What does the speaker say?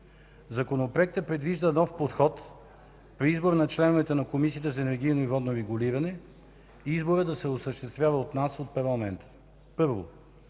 Законопроектът предвижда нов подход при избор на членовете на Комисията за енергийно и водно регулиране и той да се осъществява от нас, от парламента.